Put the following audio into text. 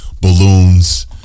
Balloons